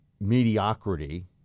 mediocrity